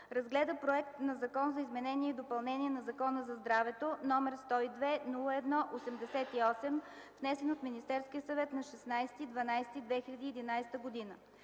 разгледа проект на Закон за изменение и допълнение на Закона за здравето, № 102-01-88, внесен от Министерския съвет на 16 декември